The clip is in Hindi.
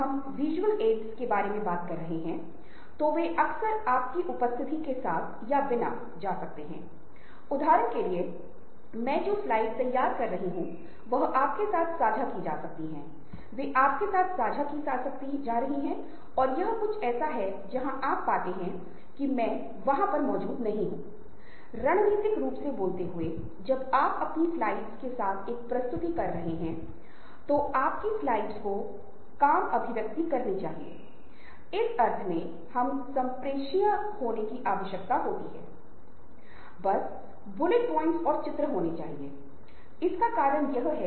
हम इसके बारे में बात करेंगे क्योंकि यह सीधे उस क्षेत्र से संबंधित है जिसे हम आज कवर करने जा रहे हैं वह भी सीधे तौर पर सॉफ्ट स्किल से संबंधित है जो इस पूरे पाठ्यक्रम के बारे में है संचार के बारे में है जिसके बारे में फिर से यह पाठ्यक्रम है प्रासंगिकता नेटवर्किंग यह महत्वपूर्ण कैसे है